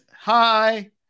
hi